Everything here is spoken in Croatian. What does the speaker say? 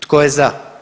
Tko je za?